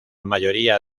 mayoría